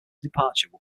departure